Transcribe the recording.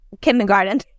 Kindergarten